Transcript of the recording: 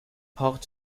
port